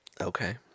Okay